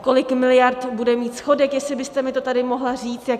Kolik miliard bude mít schodek, jestli byste mi to tady mohla říct.